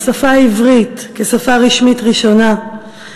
השפה העברית כשפה רשמית ראשונה,